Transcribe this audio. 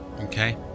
okay